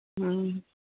ᱦᱮᱸ